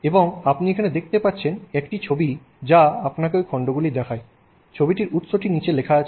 এবং আপনি এখানে দেখতে পাচ্ছেন একটি ছবি যা আপনাকে ওই খন্ডগুলি দেখায় ছবিটির উৎসটি নিচে লেখা আছে